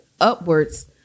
upwards